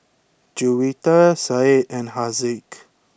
Juwita Said and Haziq